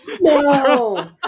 No